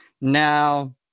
Now